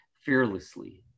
fearlessly